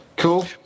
cool